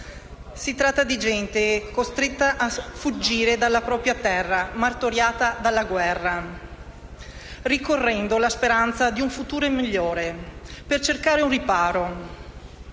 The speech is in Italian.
Si tratta di gente costretta a fuggire dalla propria terra martoriata dalla guerra, rincorrendo la speranza di un futuro migliore per cercare un riparo.